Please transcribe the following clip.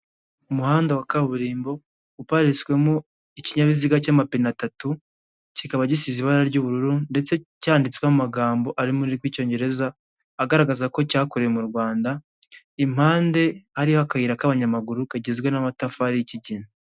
Umuhanda wa kaburimbo uparitswemo ikinyabiziga cy'amapine atatu, kikaba gisize ibara ry'ubururu ndetse cyanditsweho amagambo arimo rw'icyongereza, agaragaza ko cyakorewe mu Rwanda, impande hariho akayira k'abanyamaguru kagizwe n'amatafari y'ikigina.